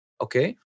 okay